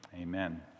Amen